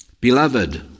Beloved